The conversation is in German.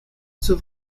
zur